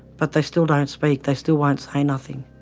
but they still don't speak, they still won't say nothing.